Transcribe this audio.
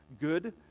Good